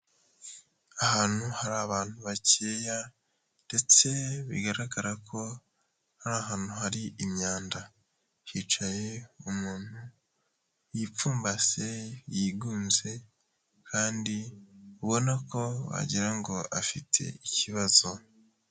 Ahantu hari abantu bakeya ndetse bigaragara ko nta hantu hari imyanda hicaye umuntu yipfumbase, yigunze kandi ubona ko wagirango ngo afite ikibazo.